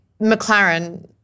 McLaren